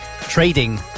Trading